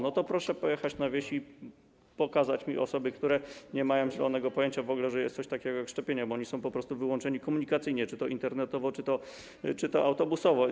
No to proszę pojechać na wieś i pokazać mi osoby, które nie mają zielonego pojęcia, że jest coś takiego jak szczepienia, bo oni są po prostu wyłączeni komunikacyjnie, czy to internetowo, czy autobusowo.